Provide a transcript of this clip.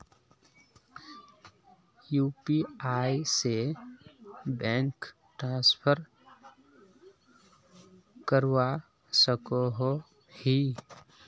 UPI से bank transfer करवा सकोहो ही?